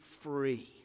free